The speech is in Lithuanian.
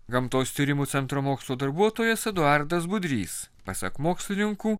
gamtos tyrimų centro mokslo darbuotojas eduardas budrys pasak mokslininkų